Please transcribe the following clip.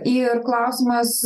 ir klausimas